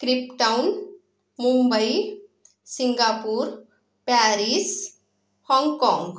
Cape Town Mumbai Singapore Paris Hong Kong